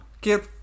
get